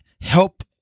help